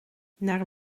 naar